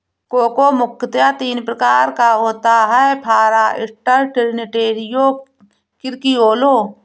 cocoa मुख्यतः तीन प्रकार का होता है फारास्टर, ट्रिनिटेरियो, क्रिओलो